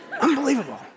Unbelievable